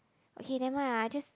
okay never mind ah I just